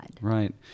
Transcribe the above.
Right